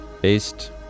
based